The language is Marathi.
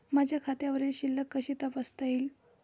माझ्या खात्यावरील शिल्लक कशी तपासता येईल?